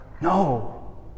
No